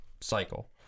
cycle